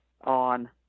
on –